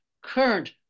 current